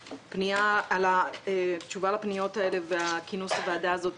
על התשובה לפניות האלה ועל כינוס הוועדה הזאת.